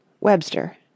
WEBSTER